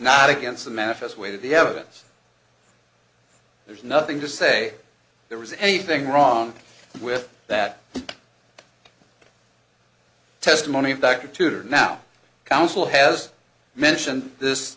not against the manifest way the evidence there's nothing to say there was anything wrong with that testimony of dr tutor now counsel has mentioned this